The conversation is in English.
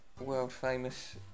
world-famous